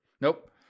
Nope